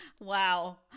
Wow